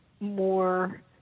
more